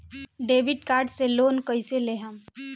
Debit card से loan कईसे लेहम?